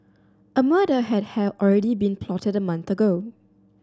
a murder had have already been plotted a month ago